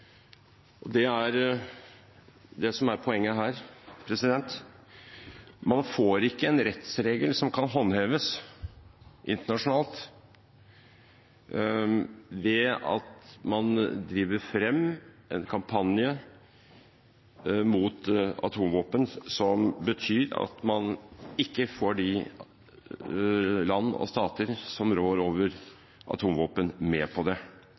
Det er det som er poenget her. Man får ikke en rettsregel som kan håndheves internasjonalt, ved at man driver frem en kampanje mot atomvåpen som betyr at man ikke får de land og stater som rår over atomvåpen, med på det.